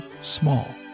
small